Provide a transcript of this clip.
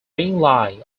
lie